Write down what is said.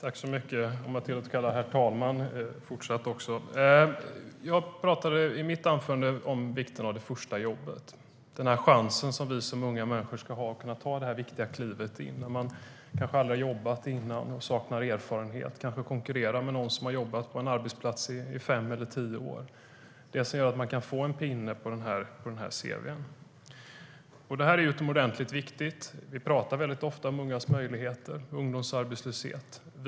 Herr ålderspresident! Jag talade i mitt anförande om vikten av det första jobbet, chansen som vi som unga människor ska få att ta det viktiga klivet in. Man kanske aldrig tidigare har jobbat och saknar erfarenhet. Man kanske konkurrerar med någon som har jobbat på en arbetsplats i fem eller tio år. Det är det som gör att man kan få en pinne i cv:t.Det här är utomordentligt viktigt. Vi talar ofta om ungas möjligheter och om ungdomsarbetslöshet.